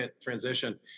transition